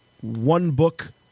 one-book